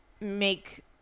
make